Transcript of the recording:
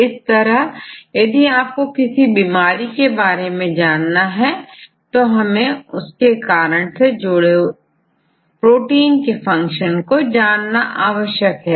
इस तरह यदि आपको किसी बीमारी के बारे में जानना है तो हमें उसके कारण से जुड़े प्रोटीन के फंक्शन को जानना आवश्यक है